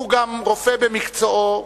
שהוא גם רופא במקצועו,